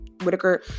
Whitaker